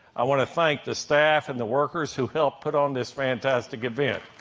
i want to thank the staff and the workers who helped put on this fantastic event.